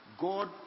God